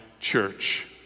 church